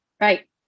Right